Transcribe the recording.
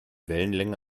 wellenlänge